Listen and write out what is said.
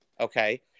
okay